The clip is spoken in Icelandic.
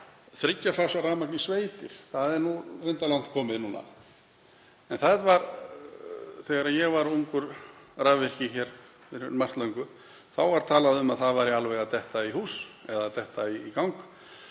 þriggja fasa rafmagn í sveitir, það er nú reyndar langt komið núna, en þegar ég var ungur rafvirki fyrir margt löngu var talað um að það væri alveg að detta í hús eða detta í gang.